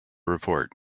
report